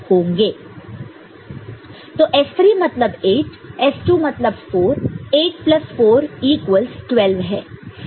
तो S3 मतलब 8 S2 मतलब 4 8 प्लस 4 12 है